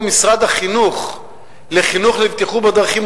משרד החינוך לחינוך לבטיחות בדרכים,